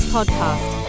Podcast